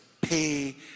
pay